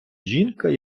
жінка